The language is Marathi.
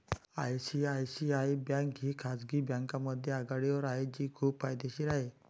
आय.सी.आय.सी.आय बँक ही खाजगी बँकांमध्ये आघाडीवर आहे जी खूप फायदेशीर आहे